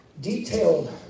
detailed